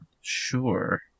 Sure